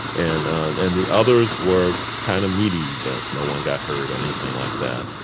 and and and the others were kind of media events. no one got hurt or anything like that.